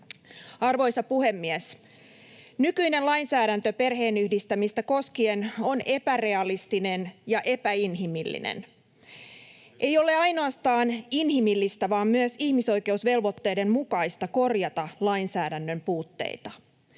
Arvoisa puhemies! Nykyinen lainsäädäntö perheenyhdistämistä koskien on epärealistinen ja epäinhimillinen. Ei ole ainoastaan inhimillistä vaan myös ihmisoikeusvelvoitteiden mukaista korjata lainsäädännön puutteita.